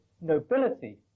nobility